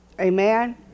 Amen